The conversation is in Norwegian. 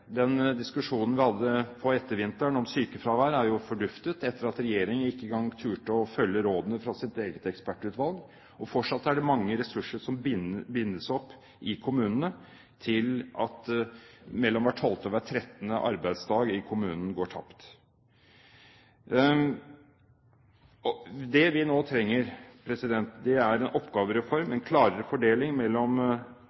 Den diskusjonen vi hadde på ettervinteren om sykefravær, er forduftet etter at regjeringen ikke engang torde å følge rådene fra sitt eget ekspertutvalg. Fortsatt er det mange ressurser som bindes opp i kommunene ved at mellom hver 12. og 13. arbeidsdag i kommunen går tapt. Det vi nå trenger, er en oppgavereform,